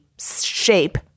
shape